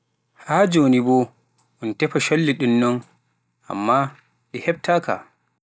Haa jooni boo un tefa colli ɗin non, ammaa ɗi heɓtaaka.